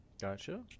Gotcha